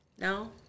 No